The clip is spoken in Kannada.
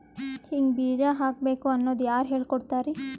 ಹಿಂಗ್ ಬೀಜ ಹಾಕ್ಬೇಕು ಅನ್ನೋದು ಯಾರ್ ಹೇಳ್ಕೊಡ್ತಾರಿ?